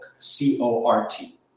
C-O-R-T